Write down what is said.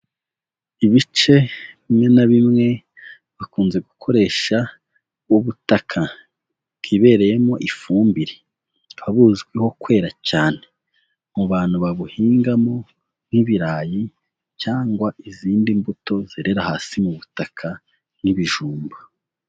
Ibice bimwe na bimwe bakunze gukoresha ubutaka bwibereyemo ifumbire, babuzwiho kwera cyane mu bantu babuhingamo nk'ibirayi cyangwa izindi mbuto zerera hasi mu butaka nk'ibijumba.